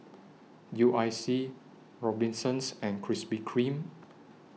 U I C Robinsons and Krispy Kreme